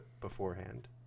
beforehand